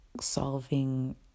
solving